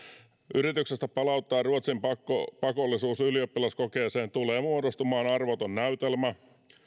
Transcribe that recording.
yrityksestä palauttaa ruotsin pakollisuus ylioppilaskokeeseen tulee muodostumaan arvoton näytelmä